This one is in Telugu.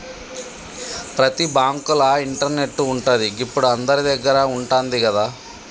ప్రతి బాంకుల ఇంటర్నెటు ఉంటది, గిప్పుడు అందరిదగ్గర ఉంటంది గదా